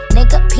Nigga